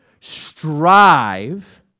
Strive